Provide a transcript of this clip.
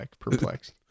perplexed